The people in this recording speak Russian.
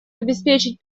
обеспечить